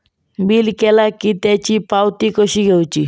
Bill केला की त्याची पावती कशी घेऊची?